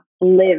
live